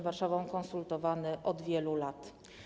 Warszawą konsultowany od wielu lat.